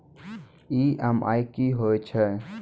EMI कि होय छै?